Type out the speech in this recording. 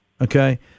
Okay